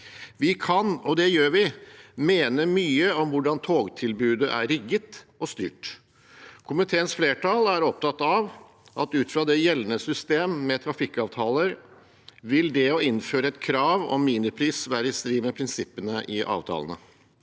mye – og det gjør vi – om hvordan togtilbudet er rigget og styrt. Komiteens flertall er opptatt av at ut fra det gjeldende systemet med trafikkavtaler vil det å innføre et krav om minipris være i strid med prinsippene i avtalene.